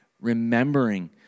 Remembering